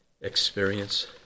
experience